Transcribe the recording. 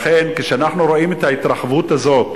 כשאנחנו רואים את ההתרחבות הזאת